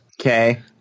Okay